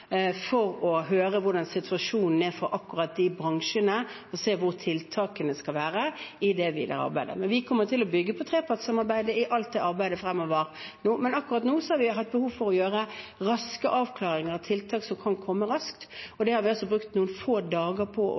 for å høre hvordan situasjonen er for akkurat de bransjene, og se hvor tiltakene skal være i det videre arbeidet. Vi kommer til å bygge på trepartssamarbeidet i alt arbeid fremover, men akkurat nå har vi hatt behov for å gjøre raske avklaringer, tiltak som kan komme raskt. Det har vi altså brukt noen få dager på